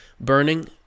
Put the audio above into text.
burning